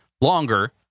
longer